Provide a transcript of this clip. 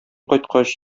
кайткач